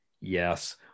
yes